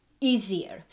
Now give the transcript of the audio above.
easier